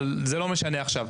אבל זה לא משנה עכשיו.